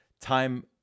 Time